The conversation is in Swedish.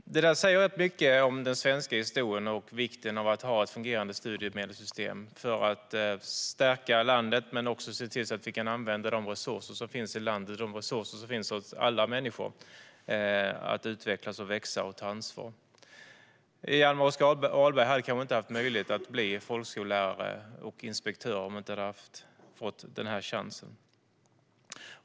Det där säger rätt mycket om den svenska historien och om vikten av att ha ett fungerande studiemedelssystem för att stärka landet men också för att se till att vi kan använda de resurser som finns i landet och de resurser som finns hos alla människor att utvecklas, växa och ta ansvar. Hjalmar Oskar Ahlberg hade kanske inte haft möjlighet att bli folkskollärare och inspektör om han inte hade fått den här chansen.